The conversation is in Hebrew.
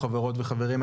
חברות וחברים,